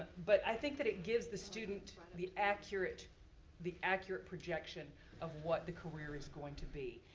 but i think that it gives the student the accurate the accurate projection of what the career is going to be.